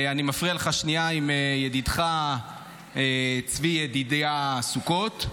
אני מפריע לך שנייה עם ידידך צבי ידידיה סוכות.